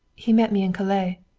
he met me in calais.